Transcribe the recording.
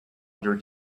under